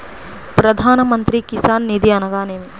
ప్రధాన మంత్రి కిసాన్ నిధి అనగా నేమి?